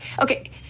okay